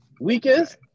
Weakest